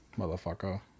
Motherfucker